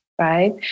Right